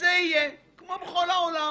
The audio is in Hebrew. שזה יהיה כמו בכל העולם.